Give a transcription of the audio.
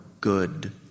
good